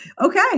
Okay